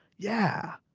yeah.